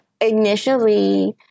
initially